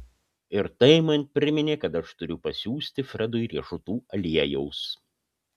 ir tai man priminė kad aš turiu pasiųsti fredui riešutų aliejaus